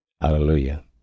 Hallelujah